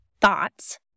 thoughts